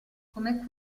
come